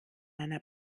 einer